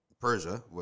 Persia